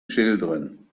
children